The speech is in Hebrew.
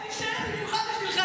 אני נשארת במיוחד בשבילך.